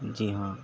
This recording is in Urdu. جی ہاں